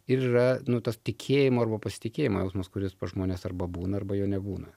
ir yra nu tas tikėjimo arba pasitikėjimo jausmas kuris pas žmones arba būna arba jo nebūna